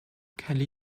kelly